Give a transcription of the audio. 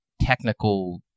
technical